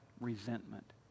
resentment